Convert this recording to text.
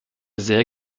sehr